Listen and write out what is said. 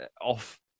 off